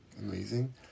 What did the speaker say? Amazing